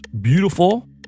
beautiful